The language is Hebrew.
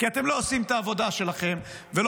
כי אתם לא עושים את העבודה שלכם ולא